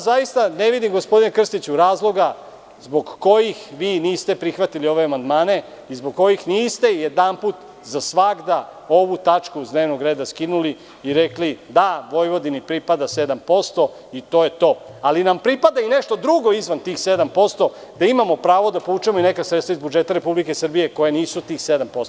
Zaista ne vidim gospodine Krstiću, razloga zbog kojih vi niste prihvatili ove amandmane i zbog kojih niste jedanput za svagda ovu tačku sa dnevnog reda skinuli i rekli – da, Vojvodini pripada 7% i to je to, ali nam pripada i nešto drugo izvan tih 7%, da imamo pravo da povučemo neka sredstva iz budžeta Republike Srbije koja nisu tih 7%